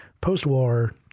post-war